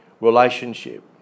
relationship